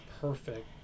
perfect